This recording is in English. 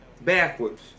backwards